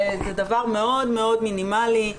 זה דבר מאוד מאוד מינימלי.